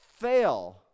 fail